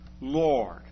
Lord